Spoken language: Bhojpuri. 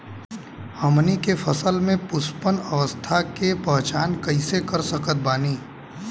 हमनी के फसल में पुष्पन अवस्था के पहचान कइसे कर सकत बानी?